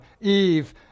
Eve